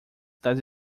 das